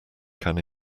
can